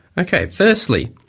ok, firstly,